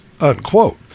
unquote